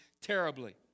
terribly